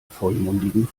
vollmundigen